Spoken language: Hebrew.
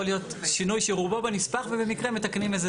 יכול להיות שינוי שרובו בנספח ובמקרה מתקנים איזה